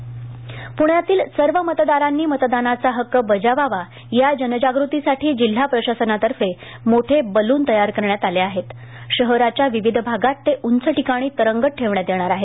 जनजागती पुण्यातील सर्व मतदारांनी मतदानाचा हक्क बजावावा या जनजागृतीसाठी जिल्हा प्रशासनातर्फे मोठे बलून तयार करण्यात आले असून शहराच्या विविध भागात ते उंच ठिकाणी तरंगत ठेवण्यात येणार आहेत